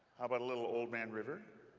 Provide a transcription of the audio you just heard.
how about a little old man river?